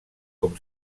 com